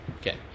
Okay